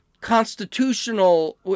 constitutional